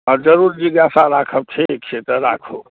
आओर जरूर जिज्ञासा राखब ठीक छै तऽ राखू